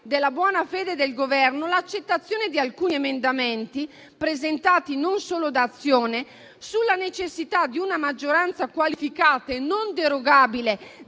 della buona fede del Governo l'accettazione di alcuni emendamenti presentati non solo da Azione sulla necessità di una maggioranza qualificata e non derogabile